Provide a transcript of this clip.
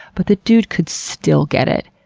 but the dude could still get it.